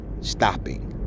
stopping